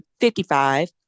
55